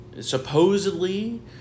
Supposedly